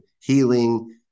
healing